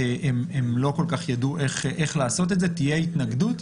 הם לא כל-כך ידעו איך לעשות את זה ותהיה התנגדות.